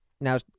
now